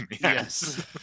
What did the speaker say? Yes